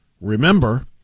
Remember